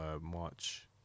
March